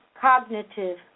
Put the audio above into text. cognitive